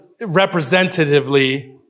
representatively